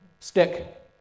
stick